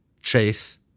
Chase